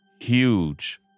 huge